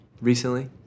recently